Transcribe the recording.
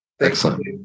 Excellent